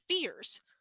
fears